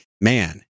man